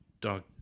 dog